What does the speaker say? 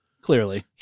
Clearly